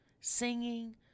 singing